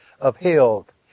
upheld